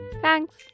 Thanks